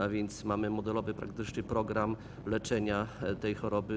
A więc mamy modelowy praktyczny program leczenia tej choroby.